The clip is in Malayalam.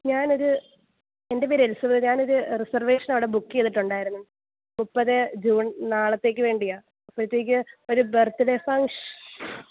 ഞാൻ ഒരു എന്റെ പേര് എലിസബത്ത് ഞാൻ ഒരു റീസർവേഷൻ അവിടെ ബുക്ക് ചെയ്തിട്ടുണ്ടായിരുന്നു മുപ്പത് ജൂൺ നാളത്തേക്ക് വേണ്ടിയാണ് അപ്പോഴത്തേക്ക് ഒരു ബർത്ത്ഡേ ഫംഗ്ഷൻ